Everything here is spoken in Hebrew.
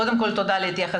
קודם כל, תודה על ההתייחסות.